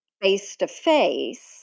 face-to-face